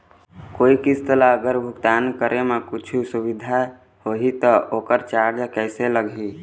कोई किस्त ला अगर भुगतान करे म कुछू असुविधा होही त ओकर चार्ज कैसे लगी?